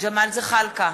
ג'מאל זחאלקה,